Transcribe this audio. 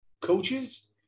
coaches